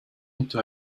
into